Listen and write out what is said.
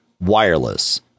wireless